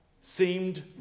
seemed